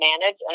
manage